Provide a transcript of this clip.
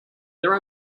there